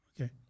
Okay